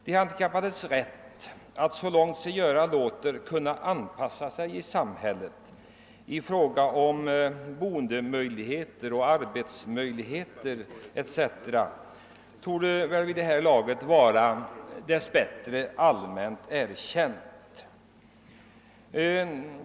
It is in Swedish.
De handikappades rätt till en så god anpassning som möjligt till samhället med avseende på boendemöjligheter, arbetsmöjligheter etc. torde väl vid det här laget dess bättre vara allmänt erkänt.